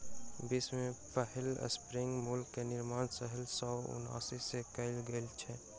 विश्व में पहिल स्पिनिंग म्यूल के निर्माण सत्रह सौ उनासी में कयल गेल छल